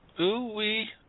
Ooh-wee